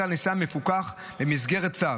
מפוקח במסגרת צו.